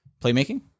Playmaking